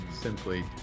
Simply